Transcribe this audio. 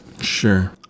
Sure